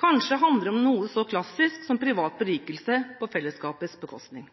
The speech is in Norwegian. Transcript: Kanskje handler det om noe så klassisk som privat berikelse på fellesskapets bekostning.